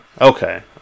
Okay